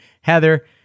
Heather